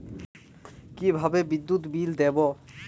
কিভাবে বিদ্যুৎ বিল দেবো?